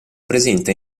presenta